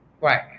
Right